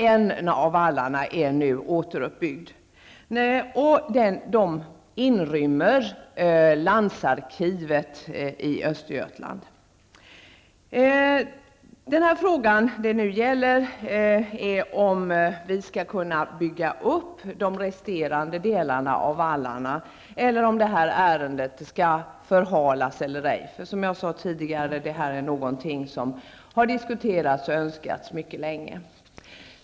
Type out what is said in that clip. En av vallarna är nu återuppbyggd. Den fråga det nu gäller är om vi skall kunna bygga upp de resterande delarna av vallarna eller om detta ärende skall förhalas. Som jag sade tidigare är detta någonting som har diskuterats och önskats mycket länge.